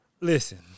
Listen